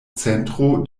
centro